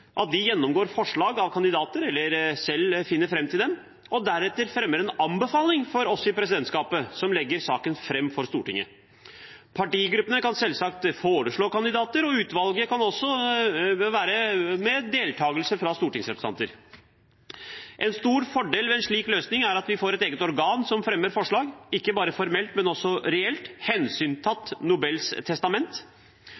gjennomgår forslag til kandidater eller selv finner fram til dem, og deretter fremmer en anbefaling for oss i presidentskapet, som legger saken fram for Stortinget. Partigruppene kan selvsagt foreslå kandidater, og utvalget kan også være med deltakelse fra stortingsrepresentanter. En stor fordel ved en slik løsning er at vi får et eget organ som fremmer forslag, ikke bare formelt, men også reelt,